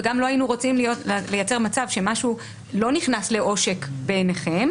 וגם לא היינו רוצים לייצר מצב שמשהו לא נכנס לעושק בעיניכם,